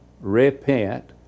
repent